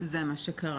זה מה שקרה.